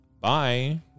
bye